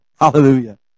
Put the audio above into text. Hallelujah